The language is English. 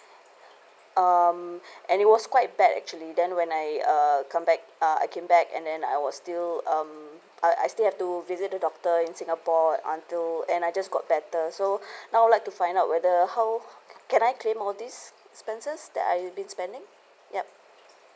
um and it was quite bad actually then when I err come back uh I came back and then I was still um I I still have to visit the doctor in singapore until and I just got better so now I'd like to find out whether how can I claim all these expenses that I've been spending yup